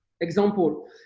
Example